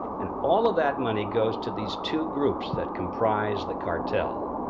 and all of that money goes to these two groupes that comprises the cartel,